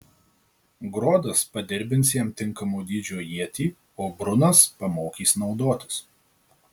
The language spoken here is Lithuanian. grodas padirbins jam tinkamo dydžio ietį o brunas pamokys naudotis